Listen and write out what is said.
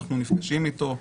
אנחנו נפגשים אתו,